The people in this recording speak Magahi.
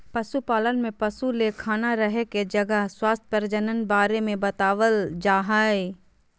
पशुपालन में पशु ले खाना रहे के जगह स्वास्थ्य प्रजनन बारे में बताल जाय हइ